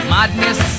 Madness